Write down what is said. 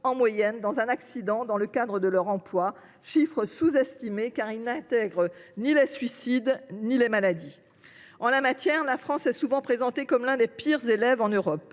meurent dans un accident dans le cadre de leur emploi, chiffre d’ailleurs sous estimé, car il n’intègre ni les suicides ni les maladies. En la matière, la France est souvent présentée comme l’un des pires élèves européens.